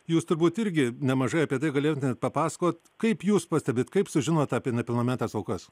jūs turbūt irgi nemažai apie tai galėtumėt papasakot kaip jūs pastebit kaip sužinot apie nepilnametes aukas